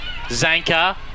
Zanka